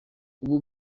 ubu